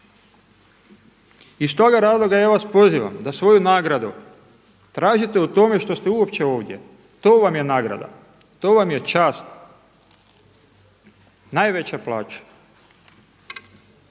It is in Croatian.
Iz toga razloga ja vas pozivam da svoju nagradu tražite u tome što ste uopće ovdje, to vam je nagrada, to vam je čast, najveća plaća.